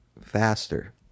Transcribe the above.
faster